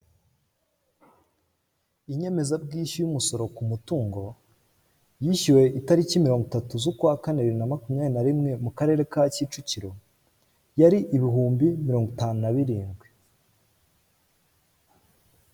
Inyemezabwishyu y'umusoro ku mutungo yishyuwe itariki mirongo itatu z'ukwakane bibiri na makumyabiri na rimwe mu karere ka Kicukiro yari ibihumbi mirongo itanu na birindwi.